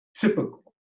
typical